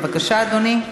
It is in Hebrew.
בבקשה, אדוני.